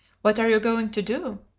what are you going to do?